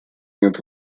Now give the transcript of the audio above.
нет